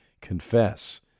confess